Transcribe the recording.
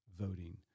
voting